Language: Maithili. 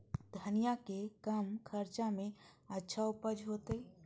धनिया के कम खर्चा में अच्छा उपज होते?